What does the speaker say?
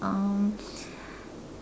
um